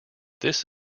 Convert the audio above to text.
this